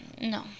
No